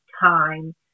time